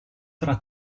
tra